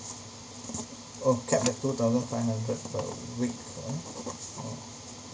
oh capped at two thousand five hundred per week ah oh